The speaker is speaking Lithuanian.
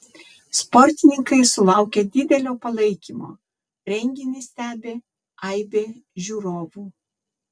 sportininkai sulaukia didelio palaikymo renginį stebi aibė žiūrovų